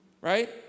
right